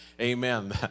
amen